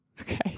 Okay